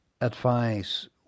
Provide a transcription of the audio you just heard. advice